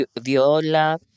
viola